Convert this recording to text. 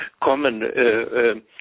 common